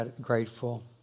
grateful